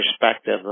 perspective